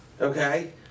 Okay